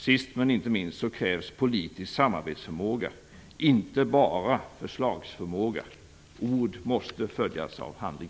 Sist men inte minst krävs politisk samarbetsförmåga - inte bara förslagsförmåga. Ord måste följas av handling.